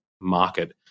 market